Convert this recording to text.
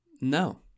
No